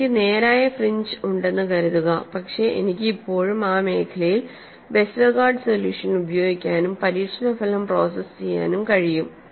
എനിക്ക് നേരായ ഫ്രിഞ്ച് ഉണ്ടെന്നു കരുതുക പിന്നെ എനിക്ക് ഇപ്പോഴും ആ മേഖലയിൽ വെസ്റ്റർഗാർഡ് സൊല്യൂഷൻ ഉപയോഗിക്കാനും പരീക്ഷണ ഫലം പ്രോസസ്സ് ചെയ്യാനും കഴിയും